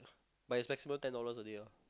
but is maximum ten dollars only ah